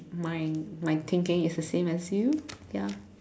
my my thinking is the same as you ya